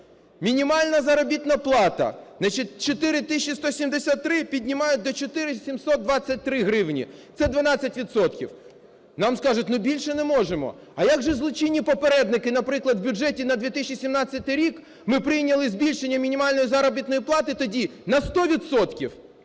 Мінімальна заробітна плата – 4 тисячі 173. Піднімають до 4 тисячі 723 гривні. Це 12 відсотків. Нам скажуть, ну, більше не можемо. А як же злочинні попередники, наприклад, у бюджеті на 2017 рік ми прийняли збільшення мінімальної заробітної плати тоді на 100